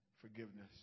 forgiveness